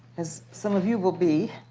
as some of you will be,